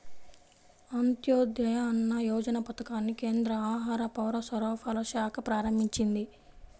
అంత్యోదయ అన్న యోజన పథకాన్ని కేంద్ర ఆహార, పౌరసరఫరాల శాఖ ప్రారంభించింది